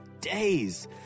days